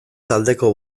taldeko